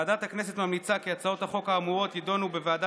ועדת הכנסת ממליצה כי הצעות החוק האמורות יידונו בוועדה